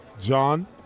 John